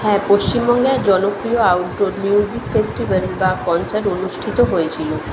হ্যাঁ পশ্চিমবঙ্গের জনপ্রিয় আউটডোর মিউজিক ফেস্টিভ্যাল বা কনসার্ট অনুষ্ঠিত হয়েছিলো